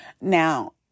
now